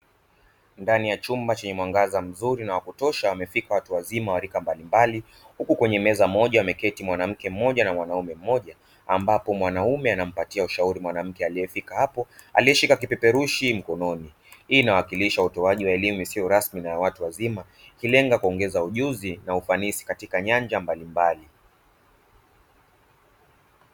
Ndani ya chumba chenye mwangaza mzuri na wakutosha wamefika watu wazima wa rika mbalimbali huku kwenye meza moja wameketi mwanamke mmoja na mwanaume mmoja ambapo mwanaume anampatia ushauri mwanamke aliyefika hapo aliyeshika kipeperushi mkononi. Hii inawakilisha utoaji wa elimu isiyo rasmi na ya watu wazima ikilenga kuongeza ujuzi na ufanisi katika nyanja mbalimbali.